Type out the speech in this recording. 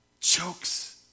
chokes